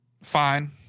fine